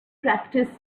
practice